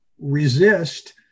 resist